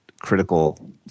critical